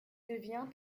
devient